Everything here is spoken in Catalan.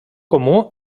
comú